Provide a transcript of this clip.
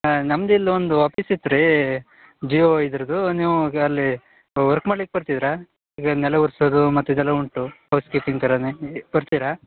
ಹಾಂ ನಮ್ದು ಇಲ್ಲಿ ಒಂದು ಆಪೀಸ್ ಇತ್ತು ರೀ ಜಿಯೋ ಇದ್ರದ್ದು ನೀವು ಅಲ್ಲಿ ವರ್ಕ್ ಮಾಡ್ಲಿಕ್ಕೆ ಬರ್ತಿದ್ರಾ ಈಗ ನೆಲ ಒರ್ಸೋದು ಮತ್ತು ಇದೆಲ್ಲ ಉಂಟು ಹೌಸ್ ಕೀಪಿಂಗ್ ಥರವೇ ಬರ್ತೀರಾ